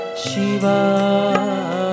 Shiva